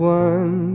one